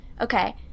Okay